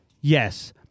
Yes